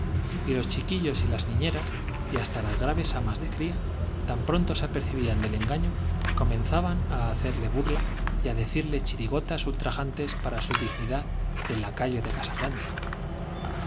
y los chiquillos y las niíieras y hasta las graves amas de cría tan pronto se apercibían del engaño comenzaban á hacerle burla y á decirle chirigotas dignidad de ultrajantes para su lacayo de casa grande ñ